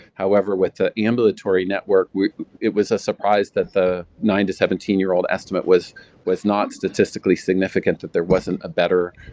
however with the ambulatory network it was a surprise that the nine to seventeen year old estimate was was not statistically significant, that there wasn't a better